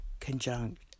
conjunct